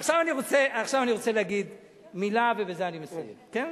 עכשיו אני רוצה להגיד מלה, ובזה אני מסיים, כן,